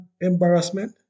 embarrassment